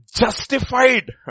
justified